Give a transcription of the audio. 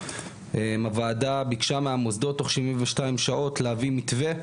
הוועדה ביקשה מהמוסדות תוך 72 שעות להביא מתווה.